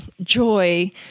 Joy